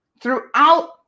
throughout